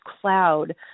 cloud